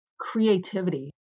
creativity